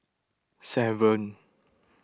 seven